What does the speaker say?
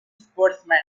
sportsman